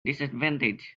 disadvantage